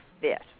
fit